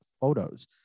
photos